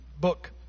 book